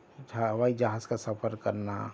ہوائی جہاز کا سفر کرنا